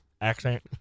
accent